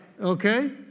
Okay